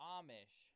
Amish